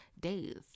days